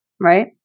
right